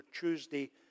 Tuesday